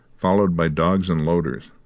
followed by dogs and loaders.